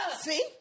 See